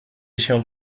się